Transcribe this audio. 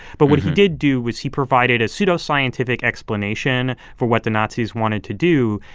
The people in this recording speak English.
but what he did do was he provided a pseudo-scientific explanation for what the nazis wanted to do.